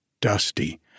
dusty